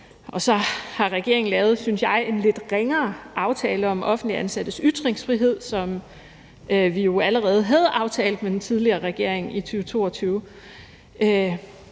og så har regeringen lavet, synes jeg, en lidt ringere aftale om offentligt ansattes ytringsfrihed end den, som vi allerede havde aftalt med den tidligere regering i 2022.